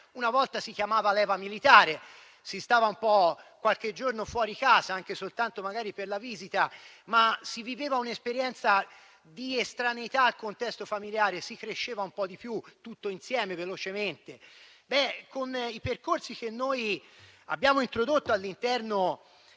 Una volta si chiamava leva militare, si stava qualche giorno fuori casa, anche soltanto magari per la visita, ma si viveva un'esperienza di estraneità al contesto familiare, si cresceva un po' di più tutto insieme, velocemente. Ebbene, con i percorsi che noi abbiamo introdotto all'interno